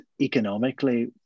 economically